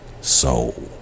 soul